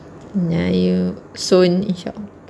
no you soon insha~